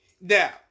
Now